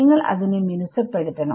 നിങ്ങൾ അതിനെ മിനുസപ്പെടുത്തണം